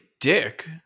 dick